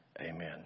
Amen